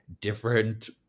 different